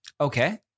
Okay